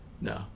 No